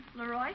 Leroy